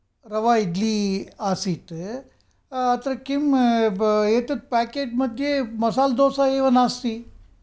रवा ईड्ली आसीत् अत्र किं एतद् पेकेट् मध्ये मसाल्डोसा एव नास्ति